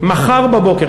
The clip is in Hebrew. מחר בבוקר,